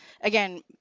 again